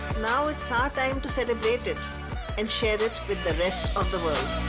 now it's our time to celebrate it and share it with the rest of the world.